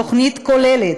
תוכנית כוללת,